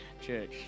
church